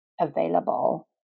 available